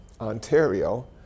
Ontario